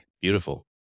beautiful